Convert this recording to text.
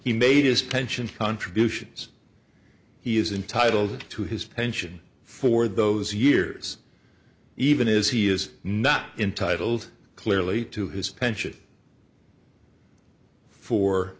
he made his pension contributions he is entitled to his pension for those years even is he is not entitled clearly to his pension for